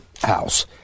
house